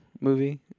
movie